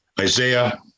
Isaiah